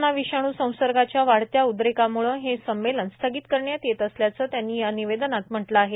corona विषाणू संसर्गाच्या वाढत्या उद्रेकाम्ळे हे संमेलन स्थगित करण्यात येत असल्याचं त्यांनी या निवेदनात म्हटलं आहे